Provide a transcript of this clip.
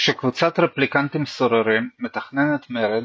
כשקבוצת רפליקנטים סוררים מתכננת מרד,